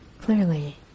Clearly